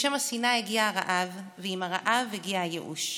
בשם השנאה הגיע הרעב, ועם הרעב הגיע הייאוש.